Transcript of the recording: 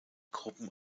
gruppen